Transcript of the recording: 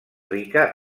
rica